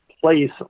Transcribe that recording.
place